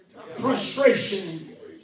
Frustration